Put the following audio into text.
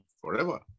forever